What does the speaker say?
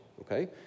Okay